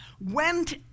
went